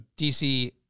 DC